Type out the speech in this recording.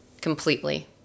Completely